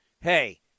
hey